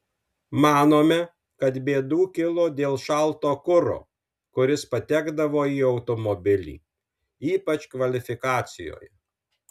manome kad bėdų kilo dėl šalto kuro kuris patekdavo į automobilį ypač kvalifikacijoje